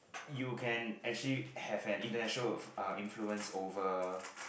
you can actually have an international uh influence over